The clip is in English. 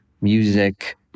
music